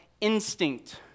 instinct